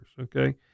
okay